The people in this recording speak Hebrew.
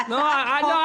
הצעת חוק --- אני מבולבל.